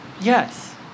Yes